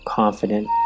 confident